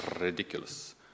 ridiculous